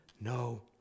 no